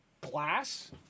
glass